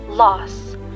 Loss